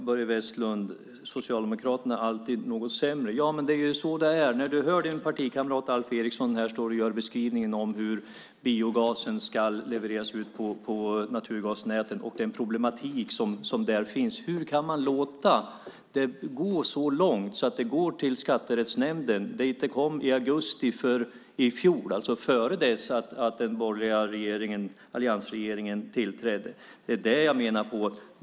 Herr talman! Socialdemokraterna är alltid något sämre, säger Börje Vestlund att jag påstår. Men det är ju så det är. Du hörde din partikamrat Alf Eriksson göra beskrivningen av hur biogasen ska levereras ut på naturgasnätet och den problematik som finns där. Hur kan man låta det gå så långt att det går till Skatterättsnämnden? Dit kom ärendet i augusti i fjol, innan den borgerliga alliansregeringen tillträdde. Det är det jag menar.